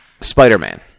Spider-Man